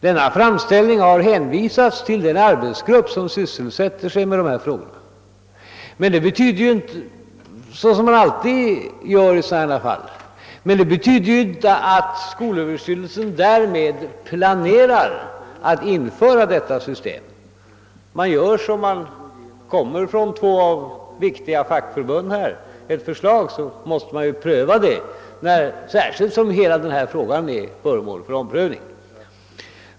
Denna framställning har hänvisats till den arbetsgrupp som sysslar med dessa frågor, såsom alltid sker i sådana fall. Det betyder emellertid inte att skolöverstyrelsen planerar att införa detta system. När det kommer ett förslag från två viktiga fackförbund måste man ju pröva det, särskilt som hela denna fråga är föremål för omprövning.